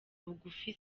bugufi